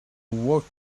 walk